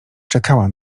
czekała